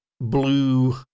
blue